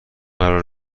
قرار